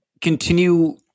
continue